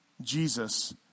Jesus